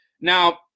Now